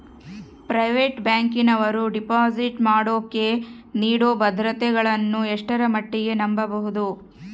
Private ಬ್ಯಾಂಕಿನವರು deposit ಮಾಡೋಕೆ ನೇಡೋ ಭದ್ರತೆಗಳನ್ನು ಎಷ್ಟರ ಮಟ್ಟಿಗೆ ನಂಬಬಹುದು?